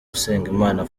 usengimana